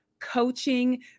coaching